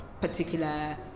particular